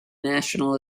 national